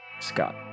Scott